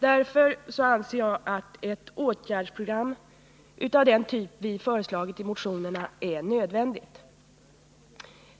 Därför anser jag att ett åtgärdsprogram av den typ vi föreslagit i motionerna är nödvändigt.